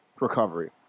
recovery